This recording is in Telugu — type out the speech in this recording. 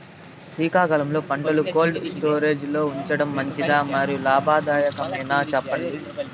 శీతాకాలంలో పంటలు కోల్డ్ స్టోరేజ్ లో ఉంచడం మంచిదా? మరియు లాభదాయకమేనా, సెప్పండి